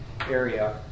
area